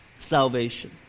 salvation